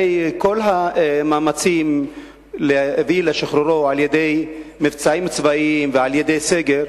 הרי כל המאמצים להביא לשחרורו על-ידי מבצעים צבאיים ועל-ידי סגר